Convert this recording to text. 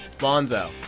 Lonzo